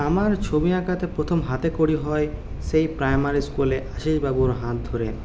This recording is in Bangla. আমার ছবি আঁকাতে প্রথম হাতেখড়ি হয় সেই প্রাইমারি স্কুলে আশিস বাবুর হাত ধরে